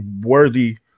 worthy